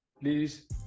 please